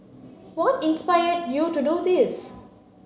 what inspired you to do this